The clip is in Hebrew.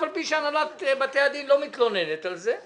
אף-על-פי שהנהלת בתי הדין לא מתלוננת על זה.